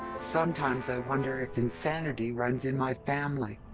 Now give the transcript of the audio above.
sometimes i wonder if insanity runs in my family.